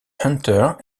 hunter